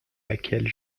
laquelle